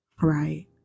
right